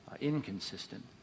inconsistent